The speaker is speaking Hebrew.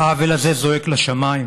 העוול הזה זועק לשמיים,